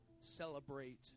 celebrate